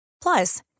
Plus